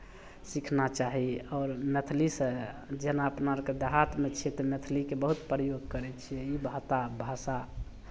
सीखना चाही आओर मैथिलीसँ जेना अपना आरके देहातमे छियै तऽ मैथिलीके बहुत प्रयोग करै छियै ई भाता भाषा